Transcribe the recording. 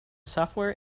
software